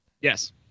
Yes